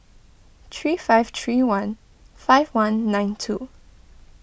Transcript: three five three one five one nine two